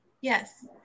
Yes